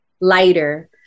lighter